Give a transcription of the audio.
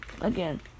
Again